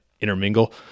intermingle